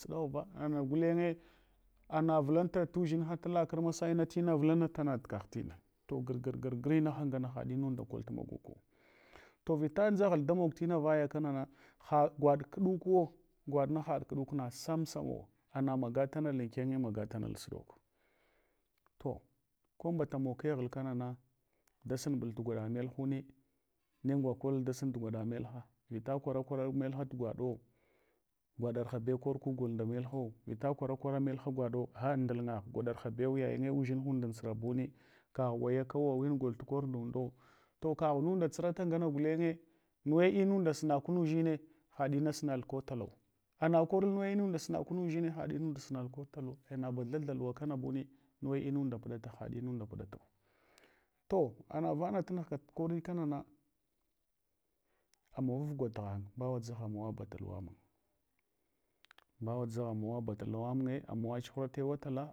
Suɗaghuva, ana gulenye, ana vulanta tudʒinha ta karmasaina tina vulantana tukagh tina. To gir, gir, gira haha ngana had inunda kol tu maguku. To vita dʒaghal damog tina vaya kana, ha gwaɗ kduku wo, gwaɗna haɗ kɗuk na sam samawo, ana maga tanal ankene, magal tuna ansuɗok. To ke mbata mog keghal kanana, dasum bul tagwaɗa melhuni, ne gwa kdul dasun tu gwaɗu melha, vita kwara kwara melha tugwaɗo, gwaɗerhabew korku gol nda melhau, vita kwara kwara melha gwaɗo, a ndulnagagh, gwaɗarhabew, yayinye udʒinhunda an tsara buni, kagh wayakawo win gol tukor ndundo, to kaghununda tsurata ngana gulenye nuwe inunda sunakun udʒine, haɗ ina sunal ko talau. Ana kovul nuwe inunda sunaku udʒine haɗ inunda sunal ko talau. Ei naba thatha luwa kambumi, nuwe inunda puɗata, ha, inunda puɗatu. To ana vana tunugh ka tukori kanana, amawafgwa tughange, mbawa dʒagha amawabat luwa mun, mbawa dʒgha amawaba tuluwa munye, amawa chuhura tewa tala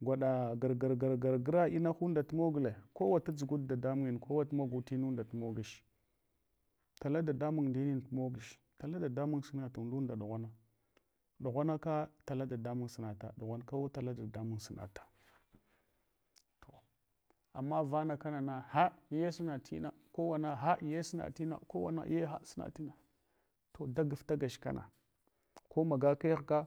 gwaɗa gor, gar, gra. Inahunda tumogule kowa tadʒugut dadamunyin, kowa tu magu timunda tumogch. Tala dadamun indini tumogch, tala dadamun suna tun ndunda ɗughana, ɗughananka tala dadamun sunata. ɗughan kawo tala dadamun sunata. To amma vana kana na gha yesuna tina, kowana gha yesuna tina, kowana gha yesuna tina. To dagaftagach kana ko maga.